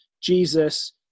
Jesus